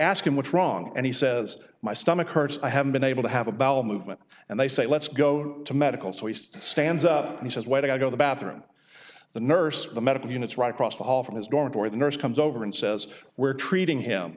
ask him what's wrong and he says my stomach hurts i haven't been able to have a bowel movement and they say let's go to medical so he stands up and says why don't i go the bathroom the nurse the medical units right across the hall from his dormitory the nurse comes over and says we're treating him